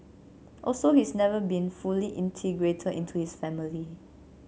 also he's never been fully integrated into his family